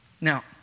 Now